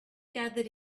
gathered